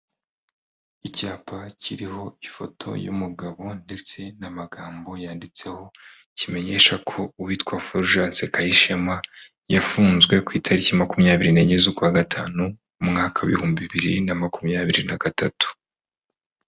Icyapa kiriho ifoto y'umugabo ndetse n'amagambo yanditseho, kimenyesha ko uwitwa Fulgence KAYISHEMA, yafunzwe ku itariki makumyabiri n'enye z'ukwa gatanu umwaka w'ibihumbi bibiri na makumyabiri na gatatu.